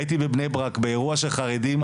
הייתי בבני ברק באירוע של חרדים,